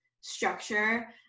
structure